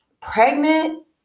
Pregnant